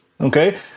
okay